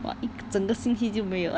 what 整个星期就没有了